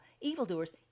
evildoers